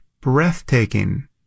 breathtaking